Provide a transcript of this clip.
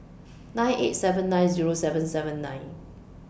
nine eight seven nine Zero seven seven nine